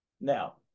Now